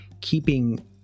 keeping